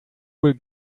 will